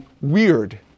Weird